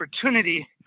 opportunity